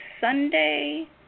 Sunday